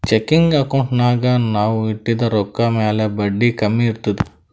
checking ಅಕೌಂಟ್ನಾಗ್ ನಾವ್ ಇಟ್ಟಿದ ರೊಕ್ಕಾ ಮ್ಯಾಲ ಬಡ್ಡಿ ಕಮ್ಮಿ ಬರ್ತುದ್